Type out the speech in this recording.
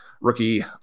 rookie